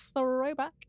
throwback